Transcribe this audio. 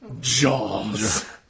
Jaws